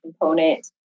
component